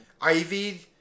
Ivy